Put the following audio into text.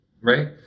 right